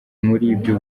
muri